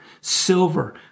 silver